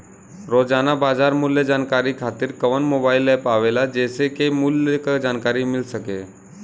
रोजाना बाजार मूल्य जानकारी खातीर कवन मोबाइल ऐप आवेला जेसे के मूल्य क जानकारी मिल सके?